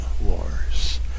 wars